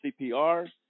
CPR